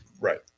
Right